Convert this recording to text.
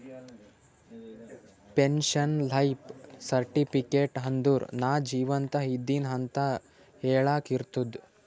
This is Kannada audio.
ಪೆನ್ಶನ್ ಲೈಫ್ ಸರ್ಟಿಫಿಕೇಟ್ ಅಂದುರ್ ನಾ ಜೀವಂತ ಇದ್ದಿನ್ ಅಂತ ಹೆಳಾಕ್ ಇರ್ತುದ್